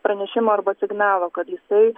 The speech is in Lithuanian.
pranešimo arba signalo kad jisai